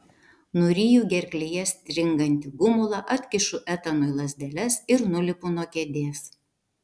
nuryju gerklėje stringantį gumulą atkišu etanui lazdeles ir nulipu nuo kėdės